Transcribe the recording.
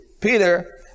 Peter